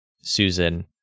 Susan